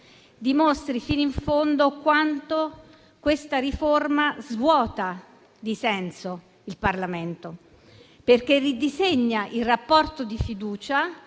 dimostri fino in fondo quanto questa riforma svuoti di senso il Parlamento, perché ridisegna il rapporto di fiducia